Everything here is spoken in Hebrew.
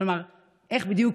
איך בדיוק